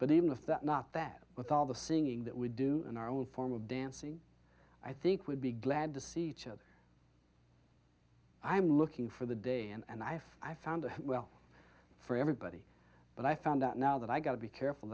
but even of that not that with all the singing that we do in our own form of dancing i think we'd be glad to see each other i am looking for the day and i have i found a while for everybody but i found out now that i got to be careful